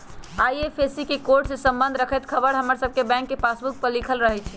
IFSC code से संबंध रखैत ख़बर हमर सभके बैंक के पासबुक पर लिखल रहै छइ